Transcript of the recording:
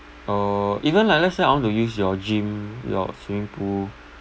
uh even like let's say I want to use your gym your swimming pool